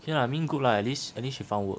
okay lah I mean good lah at least she found work